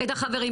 את החברים.